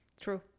True